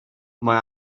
mae